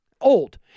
Old